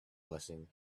blessing